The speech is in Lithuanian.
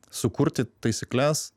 sukurti taisykles